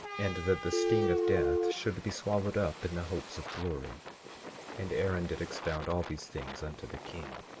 and that the sting of death should be swallowed up in the hopes of glory and aaron did expound all these things unto the king.